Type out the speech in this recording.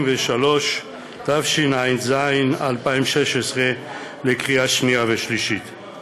33), התשע"ז 2017, לקריאה שנייה ושלישית.